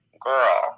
girl